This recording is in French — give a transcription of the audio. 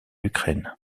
ukraine